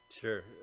sure